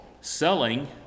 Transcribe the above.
selling